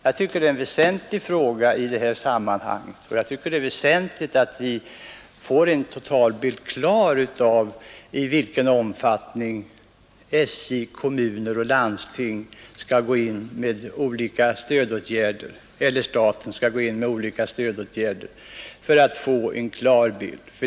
Jag tycker att det är en väsentlig fråga i sammanhanget, och jag anser det viktigt att vi får en totalbild klar av i vilken omfattning SJ, kommuner och landsting eller staten skall gå in med olika stödåtgärder.